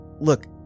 Look